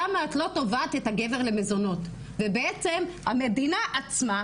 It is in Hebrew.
למה את לא תובעת את הגבר למזונות ובעצם המדינה עצמה,